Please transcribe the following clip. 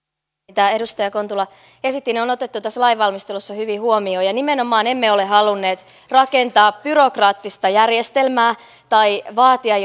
mitä edustaja kontula esitti on otettu tässä lainvalmistelussa hyvin huomioon ja nimenomaan emme ole halunneet rakentaa byrokraattista järjestelmää tai vaatia